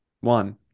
one